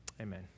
Amen